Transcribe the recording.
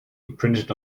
printed